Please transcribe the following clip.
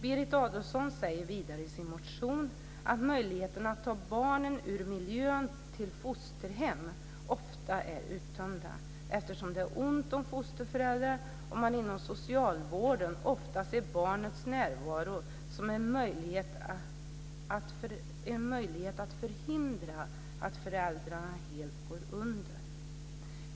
Berit Adolfsson säger vidare i sin motion att möjligheterna att ta barnet ur miljön till fosterhem ofta är uttömda, eftersom det är ont om fosterföräldrar och man inom socialvården ofta ser barnets närvaro som en möjlighet att förhindra att föräldrarna helt går under.